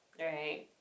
Right